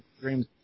dreams